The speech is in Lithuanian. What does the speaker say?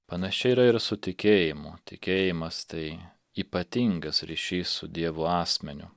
panašiai yra ir su tikėjimu tikėjimas tai ypatingas ryšys su dievu asmeniu